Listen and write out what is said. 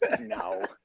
no